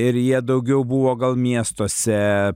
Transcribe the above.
ir jie daugiau buvo gal miestuose